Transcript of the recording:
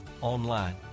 online